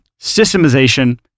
Systemization